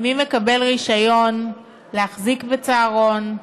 מי מקבל רישיון להחזיק בצהרון?